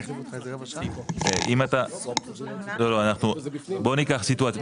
בוא ניקח סיטואציה,